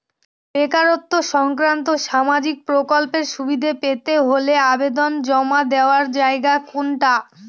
বেকারত্ব সংক্রান্ত সামাজিক প্রকল্পের সুবিধে পেতে হলে আবেদন জমা দেওয়ার জায়গা কোনটা?